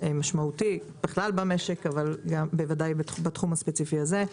משמעותי בכלל במשק אבל בוודאי בתחום הספציפי הזה.